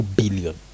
billion